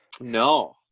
No